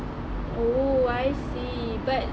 oh I see but